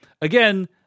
Again